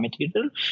material